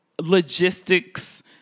logistics